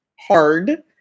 hard